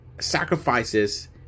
sacrifices